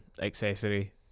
accessory